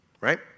right